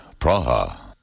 Praha